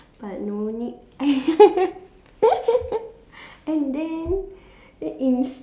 but no need and then in